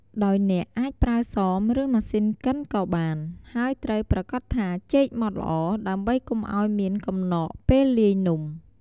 ដោយអ្នកអាចប្រើសម រឺម៉ាស៊ីនកិនក៏បាន ហើយត្រូវប្រាកដថាចេកម៉ដ្ឋល្អ ដើម្បីកុំឲ្យមានកំណកពេលលាយនំ។